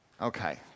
Okay